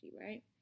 right